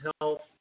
health